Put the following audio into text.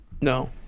No